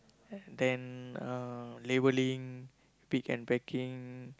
then uh labelling pick and packing